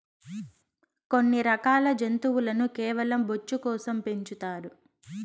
కొన్ని రకాల జంతువులను కేవలం బొచ్చు కోసం పెంచుతారు